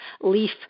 leaf